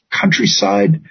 countryside